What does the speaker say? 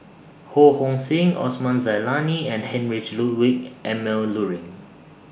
Ho Hong Sing Osman Zailani and Heinrich Ludwig Emil Luering